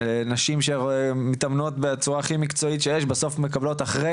נשים שמתאמנות בצורה הכי מקצועית שיש בסוף מקבלות אחרי